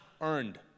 earned